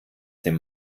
dem